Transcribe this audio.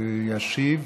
ישיב